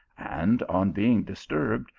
and, on being disturbed,